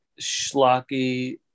schlocky